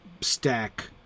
stack